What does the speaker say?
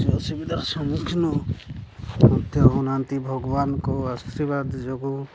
କିଛି ଅସୁବିଧାର ସମ୍ମୁଖୀନ ମଧ୍ୟ ହେଉନାହାନ୍ତି ଭଗବାନଙ୍କ ଆଶୀର୍ବାଦ ଯୋଗୁଁ